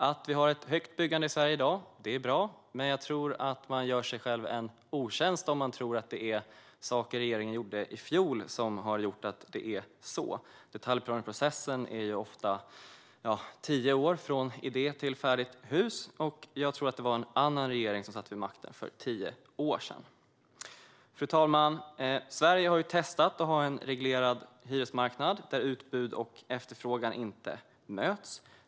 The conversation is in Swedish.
Att vi har ett stort byggande i Sverige i dag är bra, men jag tror att man gör sig själv en otjänst om man tror att det är saker regeringen gjorde i fjol som har gjort att det är så. Detaljplaneprocessen tar ofta tio år från idé till färdigt hus, och jag tror att det var en annan regering som satt vid makten för tio år sedan. Fru talman! Sverige har testat att ha en reglerad hyresmarknad där utbud och efterfrågan inte möts.